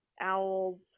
owls